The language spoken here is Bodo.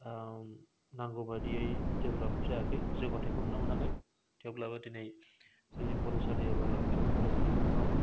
नांगौ बायदियै देब्लाब जायाखै जौगाथायखौ हमनो मोनाखै थेवब्लाबो दिनै जोंनि फरायसालि एबा आरो फरायसालिमाफ्राव